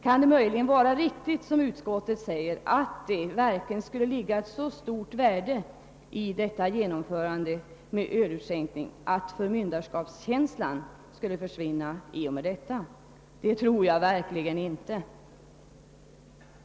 Men kan det vara riktigt att, som utskottet säger, det skulle ligga ett så stort värde 1 detta genomförande av ölutskänkning att förmynderskapskänslan skulle försvinna i och med detta? Det tror jag verkligen inte.